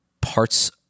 parts